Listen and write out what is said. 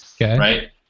right